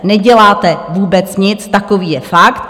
Neděláte vůbec nic, takový je fakt.